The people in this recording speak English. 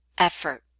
effort